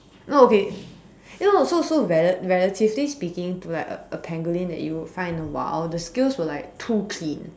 no okay you know so so rela~ relatively speaking to like a a pangolin you find in the wild the scales were like too clean